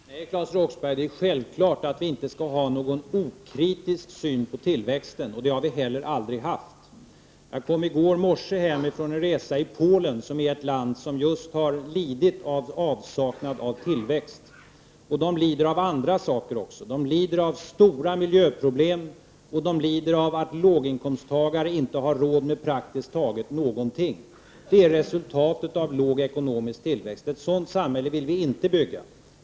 Herr talman! Nej, Claes Roxbergh, det är självklart att vi inte skall ha någon okritisk syn på tillväxten. Det har vi heller aldrig haft. Jag kom i går morse hem från en resa i Polen, som är ett land som just har lidit av avsaknad av tillväxt. Människorna där lider av andra saker också. De lider av stora miljöproblem, och de lider av att låginkomsttagarna där praktiskt taget inte har råd med någonting. Det är resultatet av låg ekonomisk tillväxt! Ett sådant samhälle vill vi inte bygga.